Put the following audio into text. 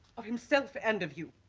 of himself and of you